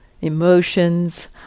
emotions